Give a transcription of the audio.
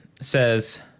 says